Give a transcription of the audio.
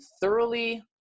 thoroughly